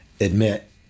admit